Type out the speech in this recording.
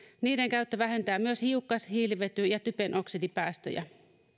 niiden käyttö vähentää myös hiukkas hiilivety ja typen oksidipäästöjä